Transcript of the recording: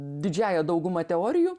didžiąja dauguma teorijų